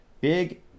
Big